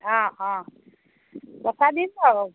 অঁ অঁ পইচা দিম বাৰু